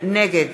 נגד